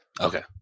Okay